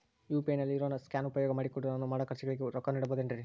UPI ನಲ್ಲಿ ಇರೋ scan ಉಪಯೋಗ ಮಾಡಿಕೊಂಡು ನಾನು ಮಾಡೋ ಖರ್ಚುಗಳಿಗೆ ರೊಕ್ಕ ನೇಡಬಹುದೇನ್ರಿ?